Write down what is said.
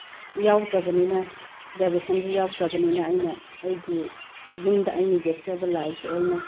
ꯌꯥꯎꯗ꯭ꯔꯕꯅꯤꯅ ꯑꯦꯛꯖꯤꯕꯤꯁꯟꯁꯦ ꯌꯥꯎꯗ꯭ꯔꯕꯅꯤꯅ ꯑꯩꯅ ꯑꯩꯒꯤ ꯌꯨꯝꯗ ꯑꯩꯅ ꯌꯦꯛꯆꯕ ꯂꯥꯏꯁꯦ ꯑꯩꯅ